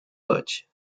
birch